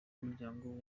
w’umuryango